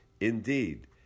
Indeed